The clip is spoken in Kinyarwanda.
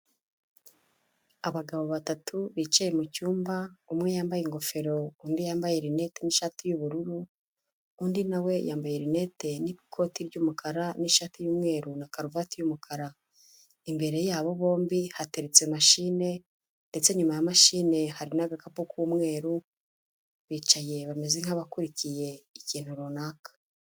Abagabo batatu bicaye mu cyumba, umwe yambaye ingofero undi yambaye rinete n'ishati y'ubururu, undi nawe yambaye rinete n'ikoti ry'umukara n'ishati y'umweru na karuvati y'umukara, imbere yabo bombi hateretse mashine ndetse inyuma ya mashine hari n'agakapu k'umweru, bicaye bameze nk'abakurikiye ikintu runaka.